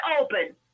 open